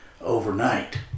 overnight